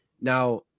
Now